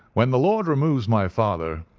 when the lord removes my father,